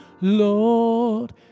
Lord